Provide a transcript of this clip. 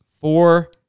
four